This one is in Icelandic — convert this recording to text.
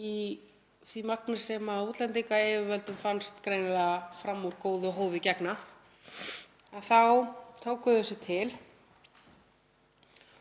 í því magni sem útlendingayfirvöldum fannst greinilega fram úr góðu hófi gegna, þá tók stofnunin